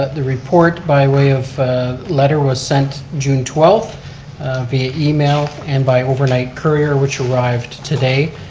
the report by way of letter was sent june twelfth via email and by overnight courier, which arrived today.